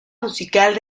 musical